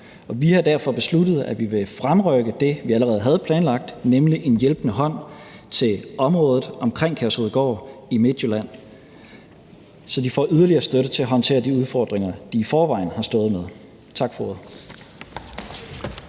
vi har derfor besluttet, at vi vil fremrykke det, vi allerede havde planlagt, nemlig en hjælpende hånd til området omkring Kærshovedgård i Midtjylland, så de får yderligere støtte til at håndtere de udfordringer, de i forvejen har stået med. Tak for